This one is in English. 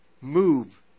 move